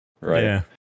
right